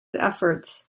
efforts